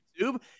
YouTube